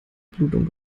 blutung